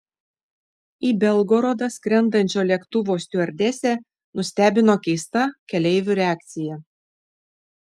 į belgorodą skrendančio lėktuvo stiuardesę nustebino keista keleivių reakcija